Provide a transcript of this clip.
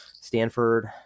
stanford